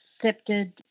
accepted